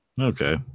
Okay